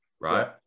right